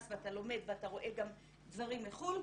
ואתה לומד ואתה רואה גם דברים מחו"ל,